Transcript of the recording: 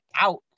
out